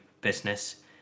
business